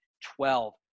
twelve